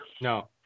No